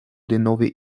denove